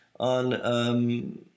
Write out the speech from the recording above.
On